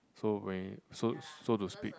so so so to speak